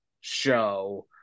show